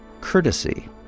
courtesy